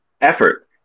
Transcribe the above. effort